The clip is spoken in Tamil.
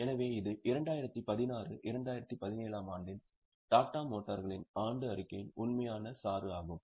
எனவே இது 2016 2017 ஆம் ஆண்டின் டாடா மோட்டார்களின் ஆண்டு அறிக்கையின் உண்மையான சாறு ஆகும்